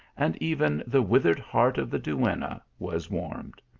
and even the withered heart of the duenna was warmed.